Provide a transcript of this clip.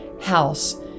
house